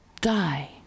die